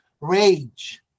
rage